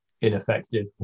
Ineffective